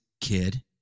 kid